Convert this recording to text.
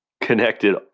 connected